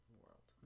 world